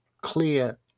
clear